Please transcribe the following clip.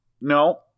no